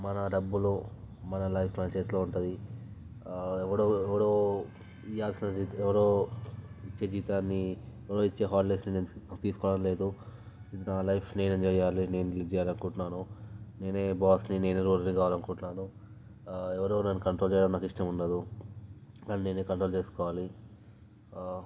మన డబ్బులు మన లైఫ్ మన చేతిలో ఉంటుంది ఎవడో ఎవడో ఇవ్వాల్సిన జీత్ ఎవరో ఇచ్చే జీతాన్ని ఎవరో ఇచ్చే హాలిడేస్ని నేను తీసుకోవడం లేదు ఇది నా లైఫ్ నేనే ఎంజాయ్ చెయ్యాలి నేను లీడ్ చెయ్యాలనుకుంటున్నాను నేనే బాస్ని నేనే రూలర్ని కావాలనుకుంటున్నాను ఎవరూ నన్ను కంట్రోల్ చెయ్యడం నాకిష్టం ఉండదు నన్ను నేనే కంట్రోల్ చేసుకోవాలి